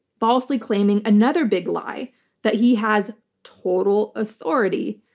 falsely claiming another big lie that he has total authority.